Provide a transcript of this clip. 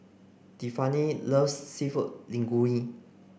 Tiffani loves Seafood Linguine